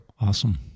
Awesome